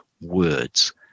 words